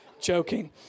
Joking